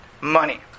money